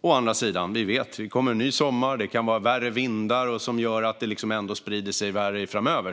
Å andra sidan vet vi att det kommer nya somrar, och det kan vara värre vindar som gör att det ändå sprider sig värre framöver.